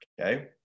okay